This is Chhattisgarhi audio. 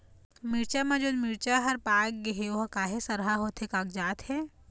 मिरचा म जोन मिरचा हर पाक गे हे ओहर काहे सरहा होथे कागजात हे?